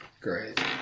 Great